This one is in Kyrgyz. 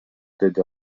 деди